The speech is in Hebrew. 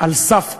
על סף קריסה,